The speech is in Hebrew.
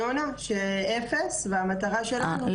אני עונה אפס והמטרה שלנו- -- אה,